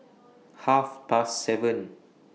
Half Past seven